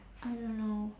I don't know